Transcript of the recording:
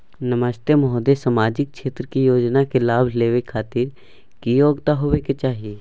नमस्ते महोदय, सामाजिक क्षेत्र के योजना के लाभ लेबै के खातिर की योग्यता होबाक चाही?